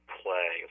play